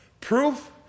Proof